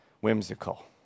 whimsical